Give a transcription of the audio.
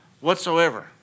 whatsoever